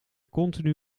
continu